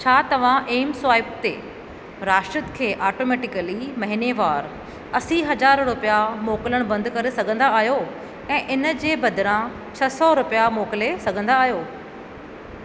छा तव्हां M swipe ते राशिद खे ऑटोमैटिकली महीनेवारु असी हज़ार रुपिया मोकिलणु बंदि करे सघंदा आहियो ऐं इन जे बदिरां छह सौ रुपिया मोकिले सघंदा आहियो